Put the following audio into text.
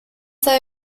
they